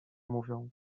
mówią